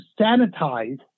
sanitize